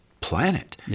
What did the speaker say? planet